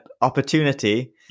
opportunity